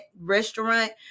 restaurant